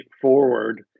forward